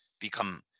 become